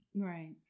Right